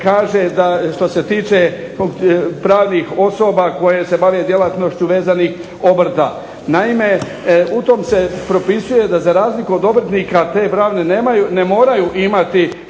kaže što se tiče pravnih osoba koje se bave djelatnošću vezanih obrta. Naime, u tom se propisuje da za razliku od obrtnika ne moraju imati